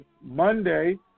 Monday